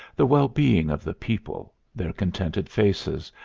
the well-being of the people, their contented faces,